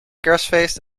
kerstfeest